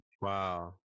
wow